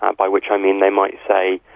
um by which i mean they might say,